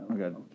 Okay